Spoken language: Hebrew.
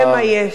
זה מה יש.